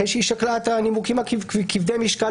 אחרי שהיא שקלה את הנימוקים כבדי המשקל